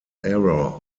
error